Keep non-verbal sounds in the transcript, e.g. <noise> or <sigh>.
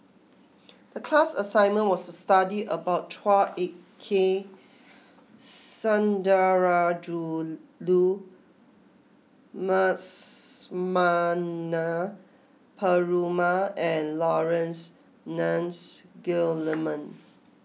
the class assignment was to study about Chua Ek Kay Sundarajulu <unintelligible> Perumal and Laurence Nunns Guillemard